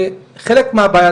וחלק מהבעיה,